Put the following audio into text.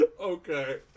Okay